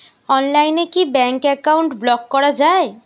অনলাইনে কি bank account block করা য়ায়?